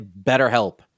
BetterHelp